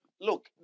look